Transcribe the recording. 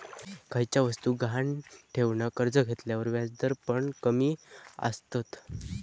खयच्या वस्तुक गहाण ठेवन कर्ज घेतल्यार व्याजदर पण कमी आसतत